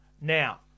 Now